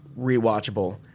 rewatchable